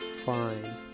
fine